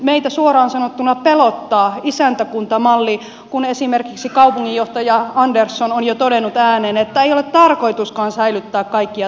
meitä suoraan sanottuna pelottaa isäntäkuntamalli kun esimerkiksi kaupunginjohtaja andersson on jo todennut ääneen että ei ole tarkoituskaan säilyttää kaikkia terveyskeskuksia